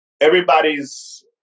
everybody's